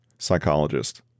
Psychologist